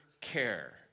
care